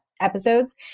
episodes